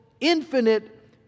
infinite